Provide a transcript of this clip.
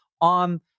on